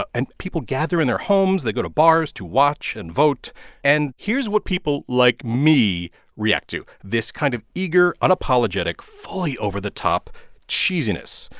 ah and people gather in their homes they go to bars to watch and vote and here's what people like me react to this kind of eager, unapologetic, fully over-the-top cheesiness.